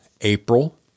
April